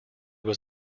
was